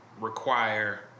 require